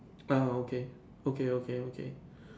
ah okay okay okay okay